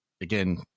again